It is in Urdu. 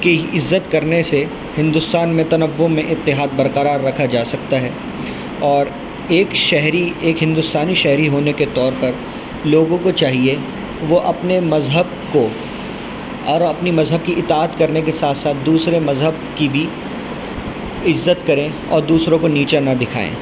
کی عزت کرنے سے ہندوستان میں تنوع میں اتحاد برقرار رکھا جا سکتا ہے اور ایک شہری ایک ہندوستانی شہری ہونے کے طور پر لوگوں کو چاہیے وہ اپنے مذہب کو اور اپنی مذہب کی اطاعت کرنے کے ساتھ ساتھ دوسرے مذہب کی بھی عزت کریں اور دوسروں کو نیچا نہ دکھائیں